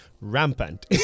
rampant